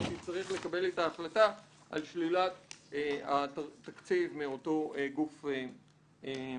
תצטרך לקבל את ההחלטה על שלילת התקציב מאותו גוף תרבות.